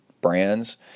brands